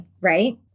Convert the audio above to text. right